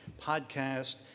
Podcast